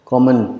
Common